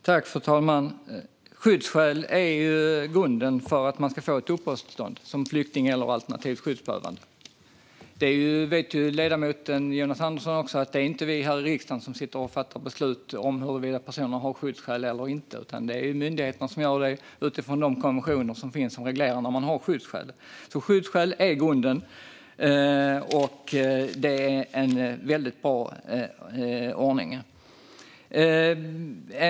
Fru talman! Skyddsskäl är ju grunden för att man ska få ett uppehållstillstånd som flykting alternativt skyddsbehövande. Ledamoten Jonas Andersson vet ju också att det inte är vi här i riksdagen som sitter och fattar beslut om huruvida personer har skyddsskäl eller inte, utan det är myndigheterna som gör det utifrån de konventioner som reglerar när man har skyddsskäl. Skyddsskäl är alltså grunden, och det är en väldigt bra ordning.